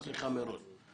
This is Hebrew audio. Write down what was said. אני מבקש מראש סליחה.